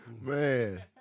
Man